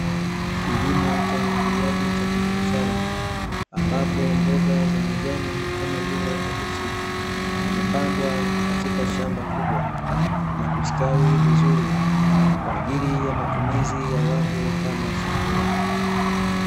Kilimo cha umwagiliaji cha kibiashara, ambapo mboga za majani kama vile kabichi, zimepandwa katika shamba kubwa na kustawi vizuri, kwaajili ya matumizi ya watu kama chakula.